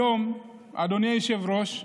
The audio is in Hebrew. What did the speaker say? היום, אדוני היושב-ראש,